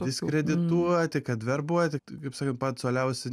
diskredituoti kad verbuoti kaip sakant patys uoliausi